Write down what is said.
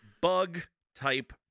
bug-type